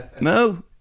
No